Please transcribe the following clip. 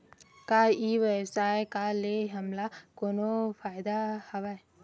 का ई व्यवसाय का ले हमला कोनो फ़ायदा हवय?